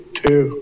two